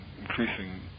increasing